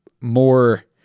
more